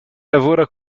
lavora